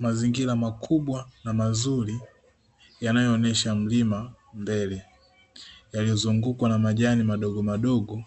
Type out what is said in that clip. Mazingira makubwa na mazuri yanayoonyesha mlima mbele. Yaliyozungukwa na majani madogomadogo